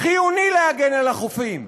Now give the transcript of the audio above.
חיוני להגן על החופים.